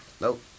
nope